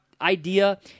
idea